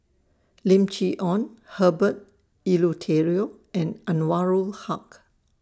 Lim Chee Onn Herbert Eleuterio and Anwarul Haque